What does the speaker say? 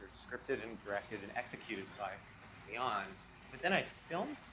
scripted, and directed, and executed by lian but then i film?